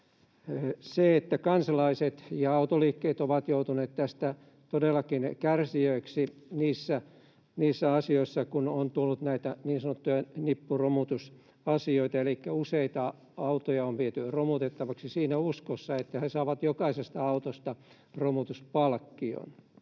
Kansalaiset ja autoliikkeet ovat joutuneet tässä todellakin kärsijöiksi niissä asioissa, kun on tullut näitä niin sanottuja nippuromutusasioita, elikkä useita autoja on viety romutettavaksi siinä uskossa, että he saavat jokaisesta autosta romutuspalkkion.